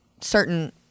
certain